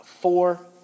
four